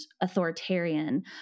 authoritarian